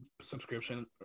subscription